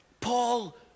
Paul